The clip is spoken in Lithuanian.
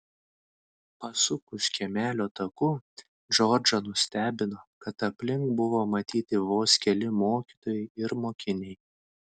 pasukus kiemelio taku džordžą nustebino kad aplink buvo matyti vos keli mokytojai ir mokiniai